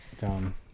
dumb